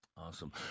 Awesome